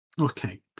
Okay